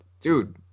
dude